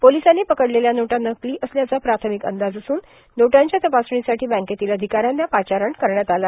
पोर्गलसांनी पकडलेल्या नोटा नकलों असल्याचा प्रार्थामक अंदाज असून नोटांच्या तपासणीसाठो बँकेतील र्आधकाऱ्यांना पाचारण करण्यात आलं